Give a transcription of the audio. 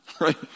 right